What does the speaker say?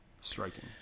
striking